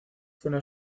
zona